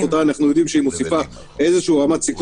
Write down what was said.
שמוסיפים אותה אנחנו יודעים שהיא מוסיפה איזושהי רמת סיכון.